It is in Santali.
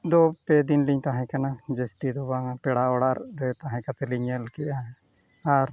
ᱫᱚ ᱯᱮ ᱫᱤᱱ ᱞᱤᱧ ᱛᱟᱦᱮᱸ ᱠᱟᱱᱟ ᱡᱟᱹᱥᱛᱤ ᱫᱚ ᱵᱟᱝᱟ ᱯᱮᱲᱟ ᱚᱲᱟᱜ ᱨᱮ ᱛᱟᱦᱮᱸ ᱠᱟᱛᱮᱫᱞᱤᱧ ᱧᱮᱞᱠᱮᱜᱼᱟ ᱟᱨ